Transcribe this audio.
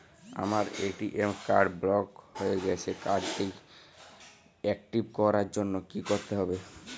আমার ATM card block হয়ে গেছে কার্ড টি একটিভ করার জন্যে কি করতে হবে?